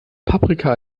paprika